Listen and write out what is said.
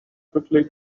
quickly